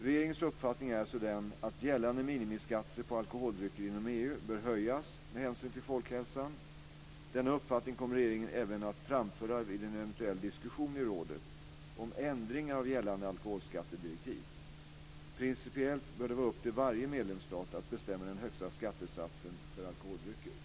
Regeringens uppfattning är alltså den att gällande minimiskattesatser på alkoholdrycker inom EU bör höjas med hänsyn till folkhälsan. Denna uppfattning kommer regeringen även att framföra vid en eventuell diskussion i rådet om ändringar av gällande alkoholskattedirektiv. Principiellt bör det vara upp till varje medlemsstat att bestämma den högsta skattesatsen för alkoholdrycker.